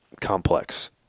complex